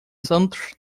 santos